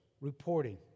reporting